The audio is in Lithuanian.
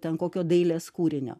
ten kokio dailės kūrinio